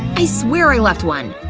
i swear i left one!